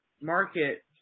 market